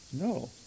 No